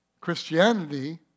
Christianity